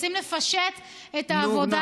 רוצים לפשט את העבודה,